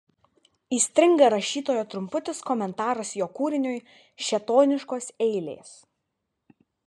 įstringa rašytojo trumputis komentaras jo kūriniui šėtoniškos eilės